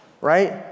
right